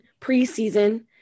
preseason